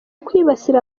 kwibasira